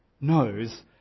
knows